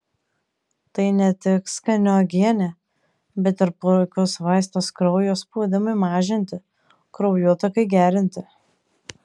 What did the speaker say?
tai ne tik skani uogienė bet ir puikus vaistas kraujo spaudimui mažinti kraujotakai gerinti